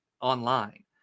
online